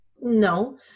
No